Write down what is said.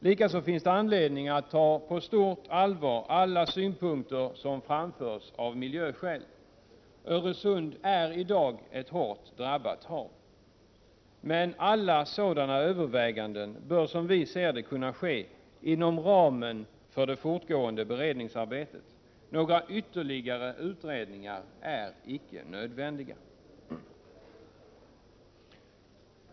Likaså finns det anledning att ta på stort allvar alla synpunkter som framförs av miljöskäl. Öresund är i dag ett hårt drabbat havsområde. Men alla sådana överväganden bör, som vi ser det, kunna ske inom ramen för det fortgående beredningsarbetet. Några ytterligare utredningar är icke nödvändiga.